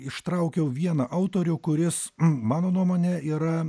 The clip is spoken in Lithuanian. ištraukiau vieną autorių kuris mano nuomone yra